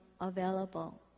available